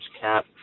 cap